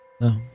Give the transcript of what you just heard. No